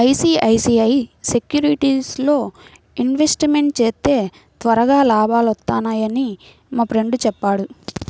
ICICI సెక్యూరిటీస్లో investment చేస్తే త్వరగా లాభాలొత్తన్నయ్యని మా ఫ్రెండు చెప్పాడు